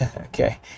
Okay